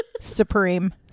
supreme